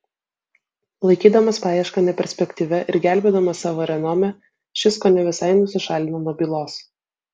laikydamas paiešką neperspektyvia ir gelbėdamas savo renomė šis kone visai nusišalino nuo bylos